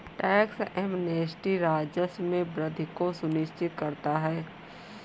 tax amnesty राजस्व में वृद्धि को सुनिश्चित करता है